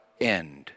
end